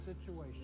situation